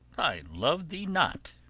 i love thee not.